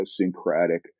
idiosyncratic